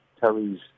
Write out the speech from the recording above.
Terry's